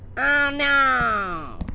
oh no.